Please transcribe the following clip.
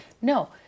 no